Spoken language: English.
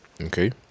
Okay